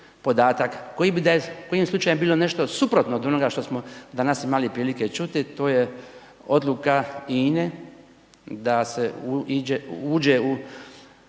koji bi da je kojim slučajem bilo nešto suprotno od onoga što smo danas imali prilike čuti, to je odluka INA-e da se uđe u